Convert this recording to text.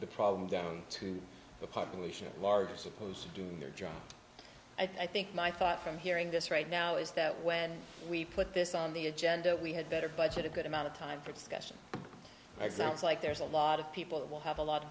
the problem down to the population at large are supposed to do their job i think my thought from hearing this right now is that when we put this on the agenda we had better budget a good amount of time for discussion that sounds like there's a lot of people that will have a lot of